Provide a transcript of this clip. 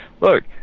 Look